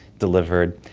delivered.